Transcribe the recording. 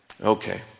Okay